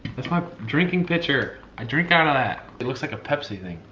that's my drinking pitcher. i drink out of that. it looks like a pepsi thing.